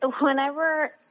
whenever